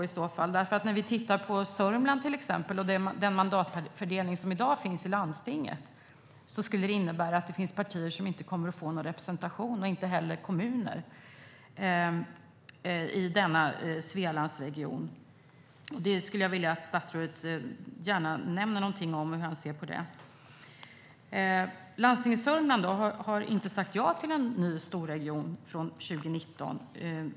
Om vi tittar på den mandatfördelning som i dag finns i landstinget i Sörmland kan vi se att det finns partier och kommuner som inte kommer att få någon representation i Svealandsregionen. Jag skulle gärna vilja att statsrådet nämnde något om hur han ser på detta. Landstinget Sörmland har inte sagt ja till någon ny storregion från 2019.